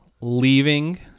Leaving